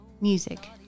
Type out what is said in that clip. music